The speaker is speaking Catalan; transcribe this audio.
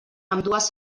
ambdues